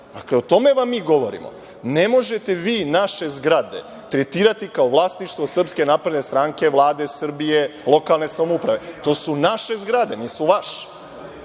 Dakle, o tome vam mi govorimo. Ne možete vi naše zgrade tretirati kao vlasništvo SNS, Vlade Srbije, lokalne samouprave, to su naše zgrade, nisu vaše.